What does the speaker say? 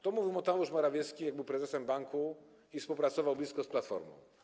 To mówił Mateusz Morawiecki, jak był prezesem banku i współpracował blisko z Platformą.